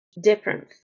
difference